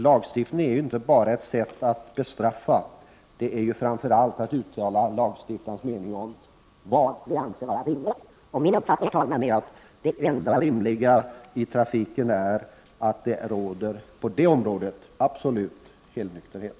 Lagstiftningen är inte bara ett sätt att straffa utan framför allt ett sätt för lagstiftaren att uttala vad man anser vara rimligt. Min uppfattning, herr talman, är att det enda rimliga är att det i trafiken råder absolut helnykterhet.